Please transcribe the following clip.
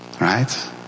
right